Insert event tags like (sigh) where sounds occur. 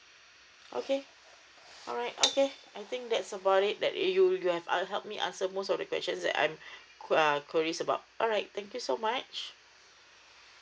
okay alright okay (noise) I think that's about it that you you have help me answer most of the questions that I que~ err queries about alright thank you so much